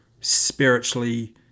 spiritually